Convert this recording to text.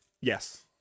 Yes